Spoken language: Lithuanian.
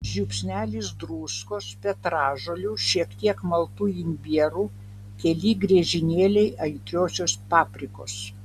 žiupsnelis druskos petražolių šiek tiek maltų imbierų keli griežinėliai aitriosios paprikos